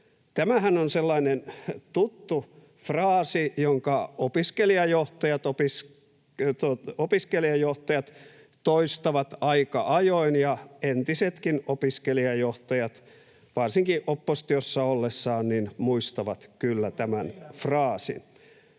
Tämähän on sellainen tuttu fraasi, jonka opiskelijajohtajat toistavat aika ajoin, ja entisetkin opiskelijajohtajat varsinkin oppositiossa ollessaan muistavat kyllä tämän fraasin.